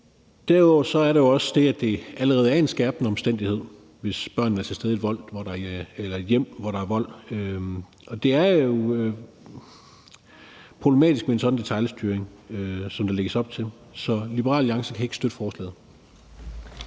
Derudover er der jo også det, at det allerede er en skærpende omstændighed, hvis børnene er til stede i et hjem, hvor der er vold. Det er problematisk med en sådan detailstyring, som der lægges op til. Så Liberal Alliance kan ikke støtte forslaget.